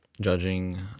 Judging